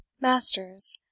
masters